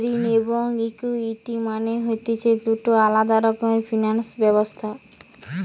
ঋণ এবং ইকুইটি মানে হতিছে দুটো আলাদা রকমের ফিনান্স ব্যবস্থা